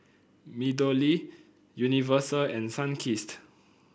MeadowLea Universal and Sunkist